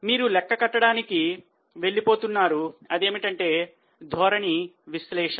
మీరు లెక్కగట్టడానికి వెళ్ళిపోతున్నారు అదేమిటంటే ధోరణి విశ్లేషణ